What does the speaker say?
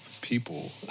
people